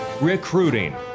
recruiting